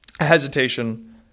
hesitation